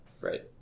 right